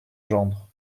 gendre